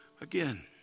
again